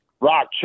rock